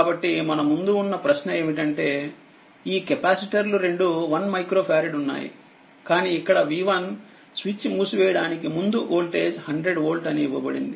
కాబట్టి మన ముందు ఉన్న ప్రశ్న ఏమిటంటే ఈ కెపాసిటర్లురెండు 1 మైక్రో ఫారెడ్ ఉన్నాయి కానీఇక్కడv1స్విచ్ మూసివేయడానికి ముందు వోల్టేజ్ 100వోల్ట్ అని ఇవ్వబడింది